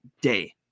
day